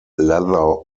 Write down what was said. leather